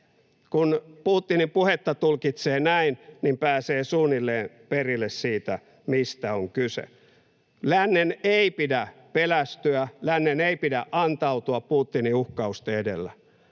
Kun Putinin puhetta tulkitsee näin, niin pääsee suunnilleen perille siitä, mistä on kyse. Lännen ei pidä pelästyä, lännen ei pidä antautua Putinin uhkausten edellä,